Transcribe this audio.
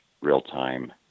real-time